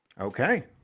Okay